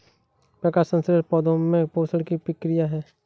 प्रकाश संश्लेषण पौधे में पोषण की प्रक्रिया है